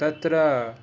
तत्र